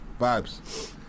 vibes